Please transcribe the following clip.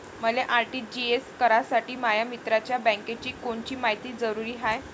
मले आर.टी.जी.एस करासाठी माया मित्राच्या बँकेची कोनची मायती जरुरी हाय?